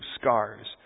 scars